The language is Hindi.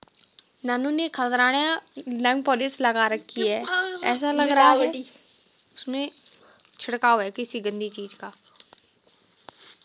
ग्राहक के लोन की राशि इंस्टॉल्मेंट में बाँट दी जाती है